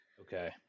Okay